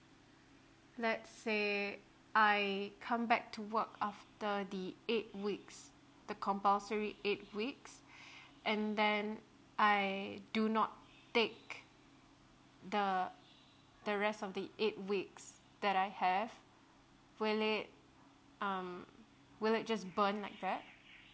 let's say I come back to work after the eight weeks the compulsory eight weeks and then I do not take the the rest of the eight weeks that I have will it um will it just burn like that